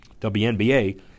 WNBA